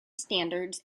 standards